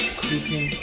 creeping